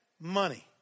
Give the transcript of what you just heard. money